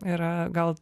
yra gal